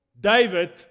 David